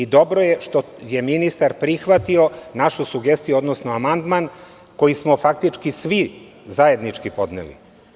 Dobro je što je ministar prihvatio našu sugestiju, odnosno amandman koji smo faktički svi zajednički podneli.